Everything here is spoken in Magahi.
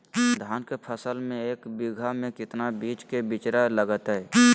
धान के फसल में एक बीघा में कितना बीज के बिचड़ा लगतय?